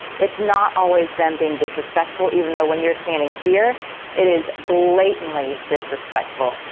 it's not always them being disrespectful, even though when you're standing here it is blatantly disrespectful,